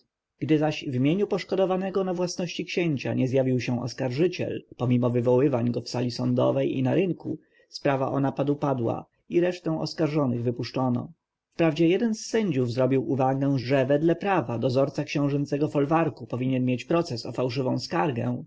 zaś w imieniu poszkodowanego na własności księcia nie zjawił się oskarżyciel pomimo wywoływań go w sali sądowej i na rynku sprawa o napad upadła i resztę oskarżonych wypuszczono wprawdzie jeden z sędziów zrobił uwagę że wedle prawa dozorca książęcego folwarku powinien mieć proces o fałszywą skargę